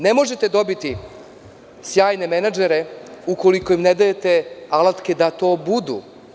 Ne možete dobiti sjajne menadžere ukoliko im ne dajete alatke da to budu.